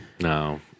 No